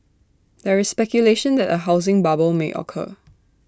there is speculation that A housing bubble may occur